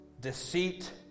deceit